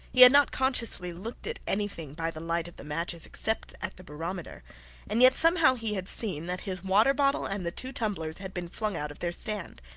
he had not consciously looked at anything by the light of the matches except at the barometer and yet somehow he had seen that his water-bottle and the two tumblers had been flung out of their stand.